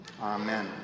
amen